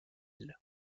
île